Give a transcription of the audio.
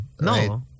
No